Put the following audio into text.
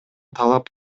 талап